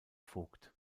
vogt